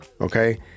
okay